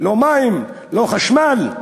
לא מים, לא חשמל,